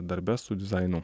darbe su dizainu